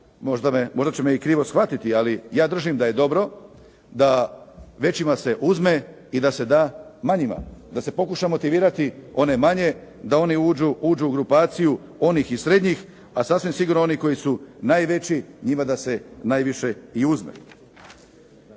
možda će me i krivo shvatiti, ali ja držim da je dobro da većima se uzme i da se da manjima, da se pokuša motivirati one manje da oni uđu u grupaciju onih i srednjih, a sasvim sigurno oni koji su najveći njima da se najviše i uzme.